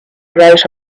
wrote